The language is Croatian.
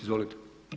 Izvolite.